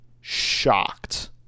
shocked